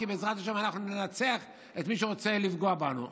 כי בעזרת השם אנחנו ננצח את מי שרוצה לפגוע בנו,